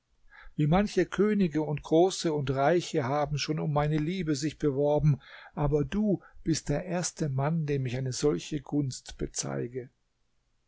wie manche könige und große und reiche haben schon um meine liebe sich beworben aber du bist der erste mann dem ich eine solche gunst bezeige